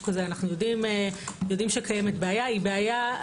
אנו יודעים שקיימת בעיה,